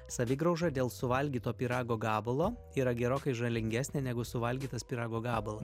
savigrauža dėl suvalgyto pyrago gabalo yra gerokai žalingesnė negu suvalgytas pyrago gabala